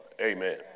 Amen